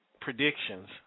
predictions